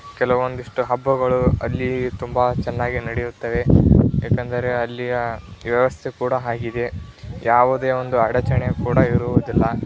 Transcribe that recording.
ಕೆಲವೊಂದಿಷ್ಟು ಹಬ್ಬಗಳು ಅಲ್ಲಿ ತುಂಬ ಚೆನ್ನಾಗಿ ನಡೆಯುತ್ತವೆ ಯಾಕಂದರೆ ಅಲ್ಲಿಯ ವ್ಯವಸ್ಥೆ ಕೂಡ ಹಾಗಿದೆ ಯಾವುದೇ ಒಂದು ಅಡಚಣೆ ಕೂಡ ಇರುವುದಿಲ್ಲ